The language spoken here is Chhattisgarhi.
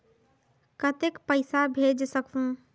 कतेक पइसा भेज सकहुं?